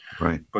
Right